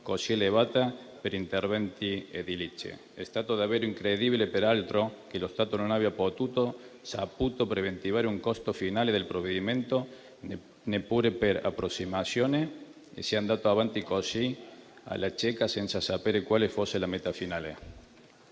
così elevata per interventi edilizi. È stato davvero incredibile, peraltro, che lo Stato non abbia potuto o saputo preventivare un costo finale del provvedimento, neppure per approssimazione, e sia andato avanti così alla cieca senza sapere quale fosse la meta finale.